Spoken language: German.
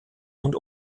und